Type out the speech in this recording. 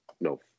no